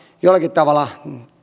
jollakin tavalla